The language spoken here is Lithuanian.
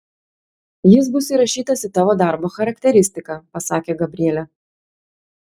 jis bus įrašytas į tavo darbo charakteristiką pasakė gabrielė